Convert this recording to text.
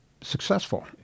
successful